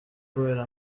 kubera